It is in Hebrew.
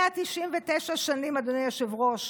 199 שנים, אדוני היושב-ראש,